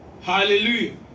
Hallelujah